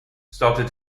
started